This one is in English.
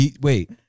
Wait